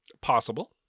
Possible